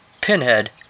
Pinhead